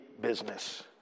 business